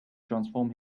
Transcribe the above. transform